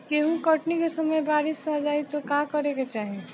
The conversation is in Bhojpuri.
गेहुँ कटनी के समय बारीस आ जाए तो का करे के चाही?